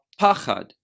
pachad